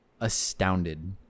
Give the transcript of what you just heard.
astounded